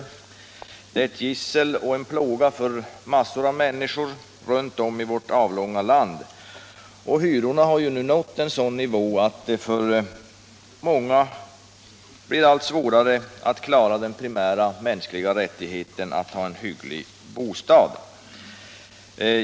Hyrorna är ett gissel och en plåga för många människor runt om i vårt avlånga land. De har nu nått sådan nivå att det för många blir allt svårare att skaffa sig och behålla en hygglig bostad, vilket är en primär mänsklig rättighet.